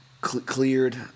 cleared